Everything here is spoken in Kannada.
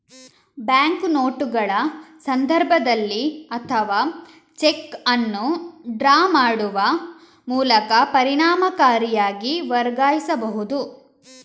ಬ್ಯಾಂಕು ನೋಟುಗಳ ಸಂದರ್ಭದಲ್ಲಿ ಅಥವಾ ಚೆಕ್ ಅನ್ನು ಡ್ರಾ ಮಾಡುವ ಮೂಲಕ ಪರಿಣಾಮಕಾರಿಯಾಗಿ ವರ್ಗಾಯಿಸಬಹುದು